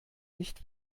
nicht